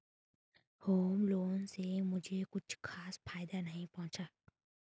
home loan से मुझे कुछ खास फायदा नहीं पहुंचा